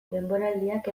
denboraldiak